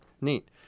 Neat